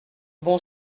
bon